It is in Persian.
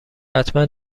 حتما